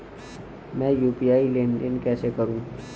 मैं यू.पी.आई लेनदेन कैसे करूँ?